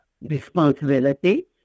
responsibility